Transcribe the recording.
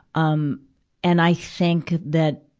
um and i think that,